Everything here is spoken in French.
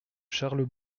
charles